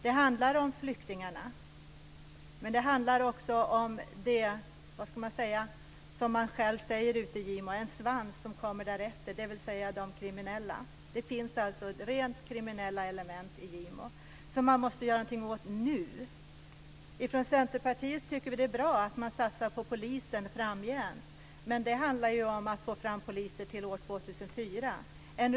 Det handlar om flyktingarna, men det handlar också om det som man själv säger ute i Gimo är en svans som kommer därefter, dvs. de kriminella. Det finns alltså rent kriminella element ute i Gimo, som man måste göra någonting åt nu. Från Centerpartiet tycker vi att det är bra att man satsar på polisen framgent, men det handlar ju om att få fram poliser till 2004.